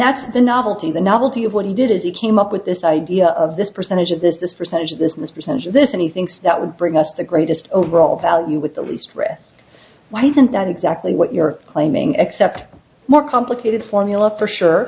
that's the novelty the novelty of what he did as he came up with this idea of this percentage of this this percentage this and this percentage this and he thinks that would bring us the greatest overall value with the least risk why didn't done exactly what you're claiming except more complicated formula for sure